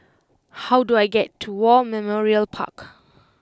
how do I get to War Memorial Park